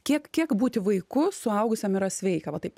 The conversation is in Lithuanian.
kiek kiek būti vaiku suaugusiam yra sveika va taip